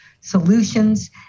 solutions